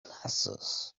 glasses